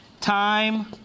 time